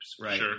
Right